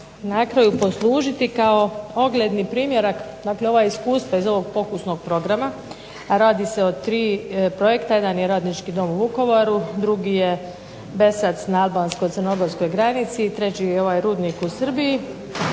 na kraju poslužiti kao ogledni primjerak, dakle ova iskustva iz ovog pokusnog programa, a radi se o 3 projekta, jedan je Radnički dom u Vukovaru, drugi je … na albansko-crnogorskoj granici i treći je ovaj Rudnik u Srbiji